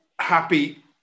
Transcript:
happy